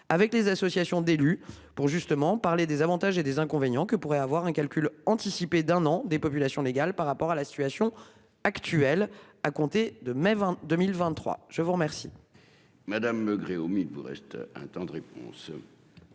avec les associations d'élus pour justement parler des avantages et des inconvénients que pourraient avoir un calcul anticiper d'un an des populations légales par rapport à la situation actuelle à compter de même 2023. Je vous remercie.